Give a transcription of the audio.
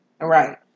right